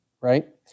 right